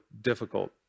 difficult